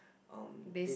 um they